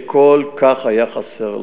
דבר שכל כך היה חסר להם.